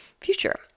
future